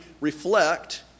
reflect